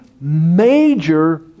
major